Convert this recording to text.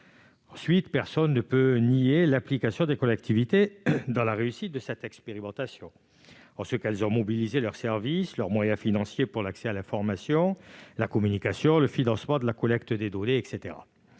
En outre, personne ne peut nier l'implication des collectivités dans la réussite de cette expérimentation. Elles ont en effet mobilisé leurs services, leurs moyens pour l'accès à l'information et à la communication, le financement de la collecte des données, entre